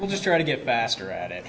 we'll just try to get baster at it